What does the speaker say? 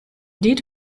did